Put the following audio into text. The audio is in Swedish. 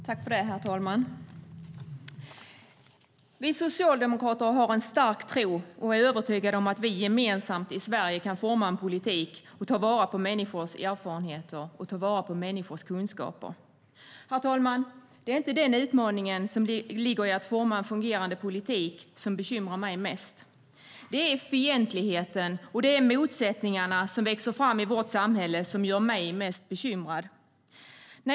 Herr talman! Vi socialdemokrater har en stark tro. Vi är övertygade om att vi gemensamt i Sverige kan forma en politik där vi tar vara på människors erfarenheter och kunskaper. Herr talman! Det är inte den utmaning som ligger i att forma en fungerande politik som bekymrar mig mest. Det är fientligheten och motsättningarna som växer fram i vårt samhälle som gör mig mest bekymrad.